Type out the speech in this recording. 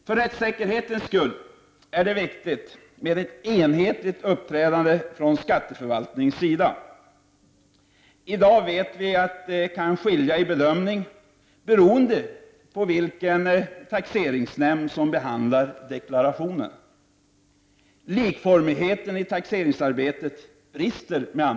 För rättssäkerhetens skull är det viktigt med ett enhetligt uppträdande från skatteförvaltningens sida. I dag vet vi att bedömningen skiftar beroende på vilken taxeringsnämnd som behandlar deklarationen. Likformigheten i taxeringsarbetet brister.